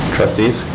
Trustees